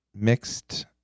mixed